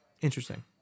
Interesting